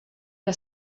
que